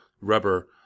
Rubber